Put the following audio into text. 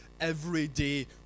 everyday